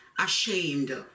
ashamed